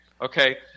Okay